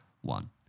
one